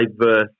diverse